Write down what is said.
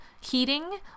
heating